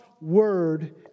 Word